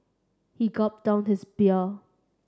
he gulped down his beer